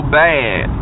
bad